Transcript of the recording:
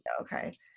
okay